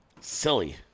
Silly